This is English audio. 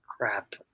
crap